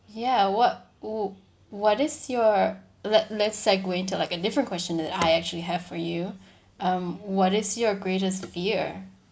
ya what wh~ what is your let let's like go into like a different question that I actually have for you um what is your greatest fear